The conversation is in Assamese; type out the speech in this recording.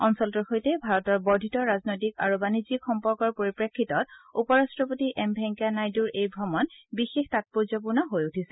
অঞ্চলটোৰ সৈতে ভাৰতৰ বৰ্ধিত ৰাজনৈতিক আৰু বাণিজ্যিক সম্পৰ্কৰ পৰিপ্ৰেক্ষিতত উপৰাট্টপতি এম ভেংকায়া নাইডুৰ এই ত্ৰমণ বিশেষ তাৎপৰ্যপূৰ্ণ হৈ উঠিছে